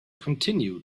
continue